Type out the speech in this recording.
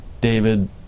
David